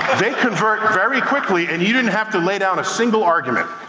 they convert very quickly, and you didn't have to lay down a single argument.